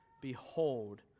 Behold